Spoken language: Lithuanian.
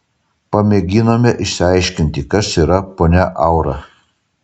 pamėginome išsiaiškinti kas yra ponia aura